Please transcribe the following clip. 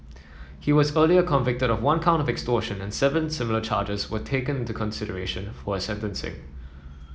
he was earlier convicted of one count of extortion and seven similar charges were taken into consideration for his sentencing